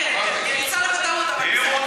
כן, יצא לך טעות, אבל בסדר.